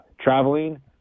traveling